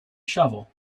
shovel